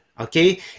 okay